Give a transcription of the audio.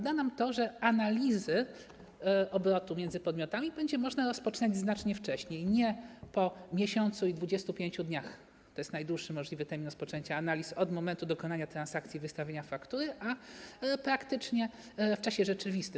Da nam on to, że analizy obrotu pomiędzy podmiotami będzie można rozpoczynać znacznie wcześniej, nie po miesiącu i 25 dniach - to jest najdłuższy możliwy termin rozpoczęcia analiz - od momentu dokonania transakcji i wystawienia faktury, a praktycznie w czasie rzeczywistym.